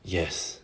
yes